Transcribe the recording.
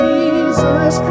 Jesus